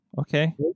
okay